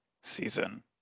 season